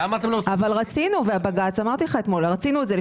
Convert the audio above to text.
לפני מספר שנים רצינו את זה.